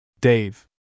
Dave